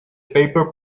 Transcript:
paper